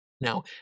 now